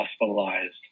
hospitalized